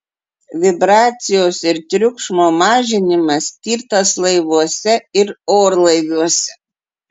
vibracijos ir triukšmo mažinimas tirtas laivuose ir orlaiviuose